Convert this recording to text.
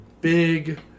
big